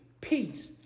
Peace